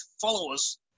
followers